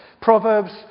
Proverbs